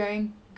mmhmm